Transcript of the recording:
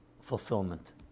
fulfillment